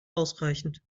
ausreichend